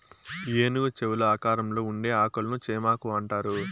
ఏనుగు చెవుల ఆకారంలో ఉండే ఆకులను చేమాకు అంటారు